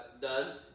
done